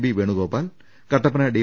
B Venugopal Kattappana D